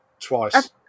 twice